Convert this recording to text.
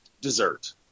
dessert